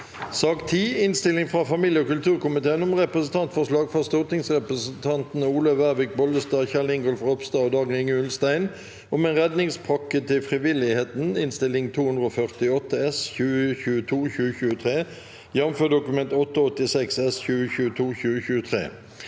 Innstilling fra familie- og kulturkomiteen om Repre- sentantforslag fra stortingsrepresentantene Olaug Vervik Bollestad, Kjell Ingolf Ropstad og Dag-Inge Ulstein om en redningspakke til frivilligheten (Innst. 248 S (2022– 2023), jf. Dokument 8:86 S (2022–2023))